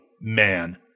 man